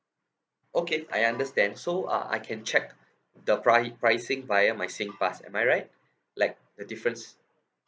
okay I understand so uh I can check the pri~ pricing via my singpass am I right like the difference